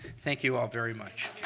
thank you all very much.